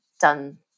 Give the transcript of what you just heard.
done